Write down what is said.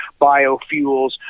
biofuels